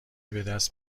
بدست